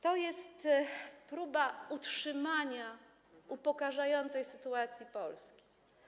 To jest próba utrzymania upokarzającej sytuacji Polski.